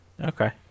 okay